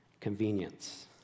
convenience